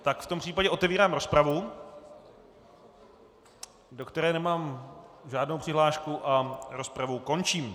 Tak v tom případě otevírám rozpravu, do které nemám žádnou přihlášku, a rozpravu končím.